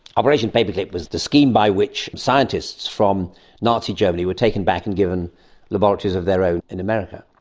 operation paperclip was the scheme by which scientists from nazi germany were taken back and given laboratories of their own in america.